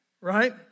Right